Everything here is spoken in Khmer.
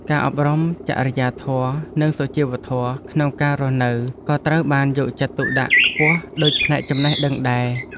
ការអប់រំចរិយាធម៌និងសុជីវធម៌ក្នុងការរស់នៅក៏ត្រូវបានយកចិត្តទុកដាក់ខ្ពស់ដូចផ្នែកចំណេះដឹងដែរ។